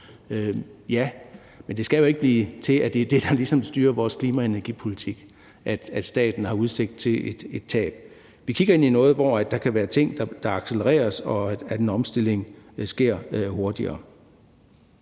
Ja, men det skal jo ikke blive sådan, at det er det, der ligesom styrer vores klima- og energipolitik, altså at staten har udsigt til et tab. Vi kigger ind i noget, hvor der kan være ting, der accelereres, og hvor en omstilling sker hurtigere.